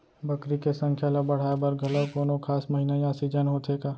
बकरी के संख्या ला बढ़ाए बर घलव कोनो खास महीना या सीजन होथे का?